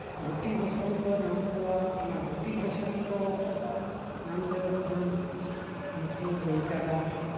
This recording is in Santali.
ᱜᱩᱴᱤ ᱵᱚᱥᱚᱱᱛᱚ ᱧᱟᱢ ᱠᱚᱣᱟ ᱚᱱᱟ ᱜᱩᱴᱤ ᱵᱚᱥᱚᱱᱛᱚ ᱧᱟᱢ ᱞᱮᱠᱚ ᱠᱷᱟᱱ ᱱᱩᱠᱩ ᱜᱟᱹᱭ ᱠᱟᱰᱟ